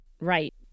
Right